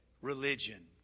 religion